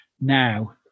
now